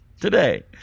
today